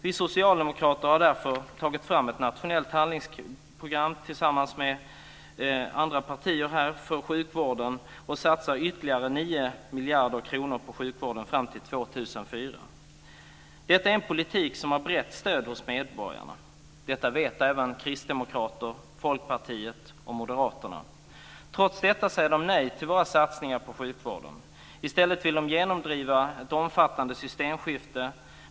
Vi socialdemokrater har tillsammans med andra partier därför tagit fram ett nationellt handlingsprogram för sjukvården och satsar ytterligare 9 miljarder kronor på sjukvården fram till Detta är en politik som har brett stöd hos medborgarna. Det vet även kristdemokrater, folkpartister och moderater. Trots detta säger de nej till våra satsningar på sjukvården. I stället vill de genomdriva ett omfattande systemskifte.